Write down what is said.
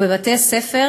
ובבתי-ספר